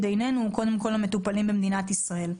עינינו הוא קודם כל המטופלים במדינת ישראל.